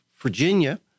Virginia